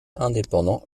indépendant